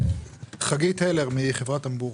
חגית הלר, חברת טמבור,